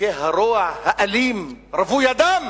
הרוע האלים, רווי הדם,